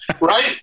right